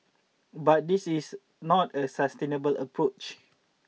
but this is not a sustainable approach